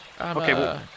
Okay